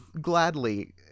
gladly